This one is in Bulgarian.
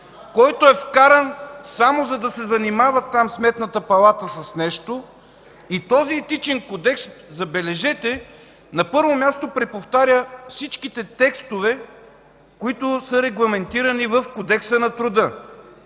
който е вкаран само за да се занимава там Сметната палата с нещо! И този Етичен кодекс, забележете, на първо място преповтаря всичките текстове, които са регламентирани в Кодекса на труда.